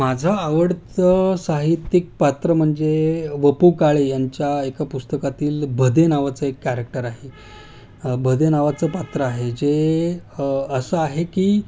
माझं आवडतं साहित्यिक पात्र म्हणजे व पु काळे यांच्या एका पुस्तकातील भदे नावाचं एक कॅरेक्टर आहे भदे नावाचं पात्र आहे जे असं आहे की